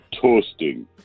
Toasting